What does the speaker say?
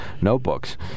notebooks